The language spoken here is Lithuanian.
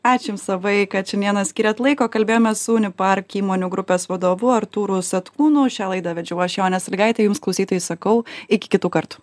ačiū jums labai kad šiandieną skyrėt laiko kalbėjomės su unipark įmonių grupės vadovu artūru satkūnu šią laidą vedžiau aš jonė salygaitė jums klausytojai sakau iki kitų kartų